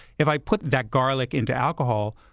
if i put that garlic into alcohol,